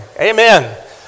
Amen